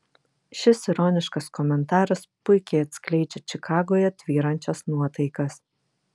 šis ironiškas komentaras puikiai atskleidžia čikagoje tvyrančias nuotaikas